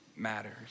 matters